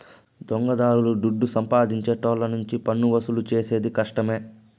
దొంగదారుల దుడ్డు సంపాదించేటోళ్ళ నుంచి పన్నువసూలు చేసేది కష్టమే